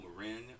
Marin